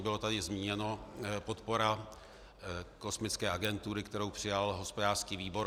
Byla tady již zmíněna podpora kosmické agentury, kterou přijal hospodářský výbor.